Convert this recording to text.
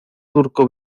turco